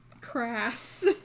crass